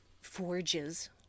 forges